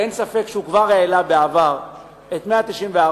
ואין ספק שהוא כבר העלה בעבר את 194,